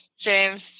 James